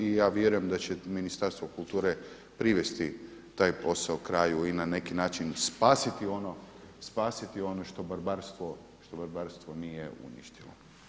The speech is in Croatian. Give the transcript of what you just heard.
I ja vjerujem da će Ministarstvo kulture privesti taj posao kraju i na neki način spasiti ono što barbarstvo nije uništilo.